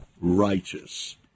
righteous